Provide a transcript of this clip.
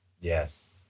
Yes